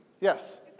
Yes